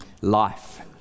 life